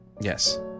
Yes